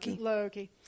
Loki